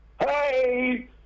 Hey